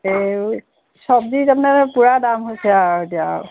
এই চব্জি তাৰমানে পুৰা দাম হৈছে আৰু এতিয়া আৰু